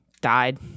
Died